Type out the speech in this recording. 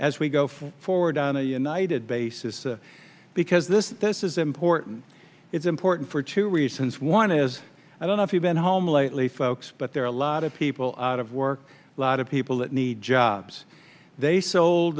as we go forward on a united basis because this is this is important it's important for two reasons one is i don't know if you've been home lately folks but there are a lot of people out of work a lot of people that need jobs they sold